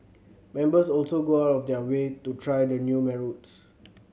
members also go out of their way to try the new my routes